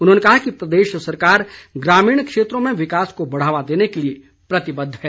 उन्होंने कहा कि प्रदेश सरकार ग्रामीण क्षेत्रों में विकास को बढ़ावा देने के लिए प्रतिबद्ध है